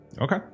okay